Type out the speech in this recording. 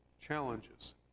challenges